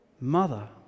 mother